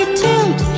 tilt